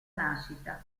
nascita